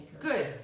Good